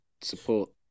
support